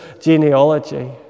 genealogy